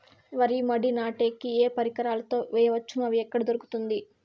వరి మడి నాటే కి ఏ పరికరాలు తో వేయవచ్చును అవి ఎక్కడ దొరుకుతుంది?